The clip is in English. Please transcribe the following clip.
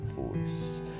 voice